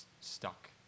stuck